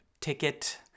ticket